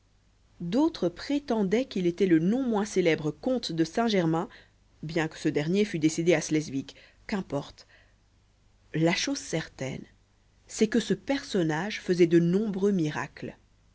d'autres prétendaient qu'il était le non moins célèbre comte de saint-germain bien que ce dernier fut décédé à sleswig qu'importe la chose certaine c'est que ce personnage faisait de nombreux miracles